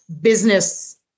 business